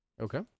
Okay